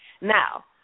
Now